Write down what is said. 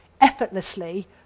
effortlessly